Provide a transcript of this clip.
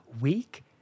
weak